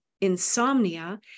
insomnia